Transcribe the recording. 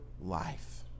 life